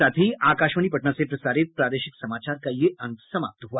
इसके साथ ही आकाशवाणी पटना से प्रसारित प्रादेशिक समाचार का ये अंक समाप्त हुआ